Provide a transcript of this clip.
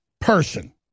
person